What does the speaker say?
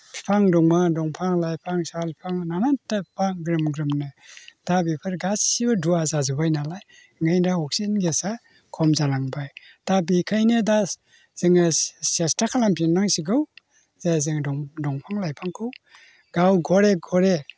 बिफां दंमोन दंफां लाइफां साल बिफां नानान टाइप ग्रोम ग्रोमनो दा बेफोर गासैबो धुवा जाजोब्बाय नालाय ओंखायनो दा अक्सिजेन गेसआ खम जालांबाय दा बेनिखायनो दा जोङो सेस्ता खालामफिननांसिगौ जे जोङो दंफां लाइफांखौ गाव घरे घरे